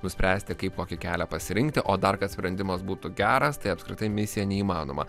nuspręsti kaip kokį kelią pasirinkti o dar kad sprendimas būtų geras tai apskritai misija neįmanoma